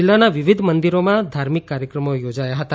જિલ્લાના વિવિધ મંદિરોમાં ધાર્મિક કાર્યક્રમો યોજાયા હતા